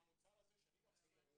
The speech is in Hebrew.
המוצר הזה שאני מחזיק,